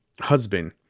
husband